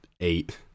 eight